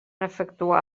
efectuar